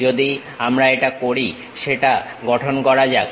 যদি আমরা এটা করি সেটা গঠন করা যাক